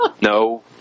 no